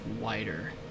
wider